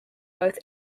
both